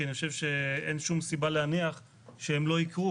כי אני חושב שאין שום סיבה להניח שהם לא יקרו.